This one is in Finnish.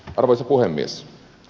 arvoisa puhemies